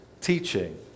teaching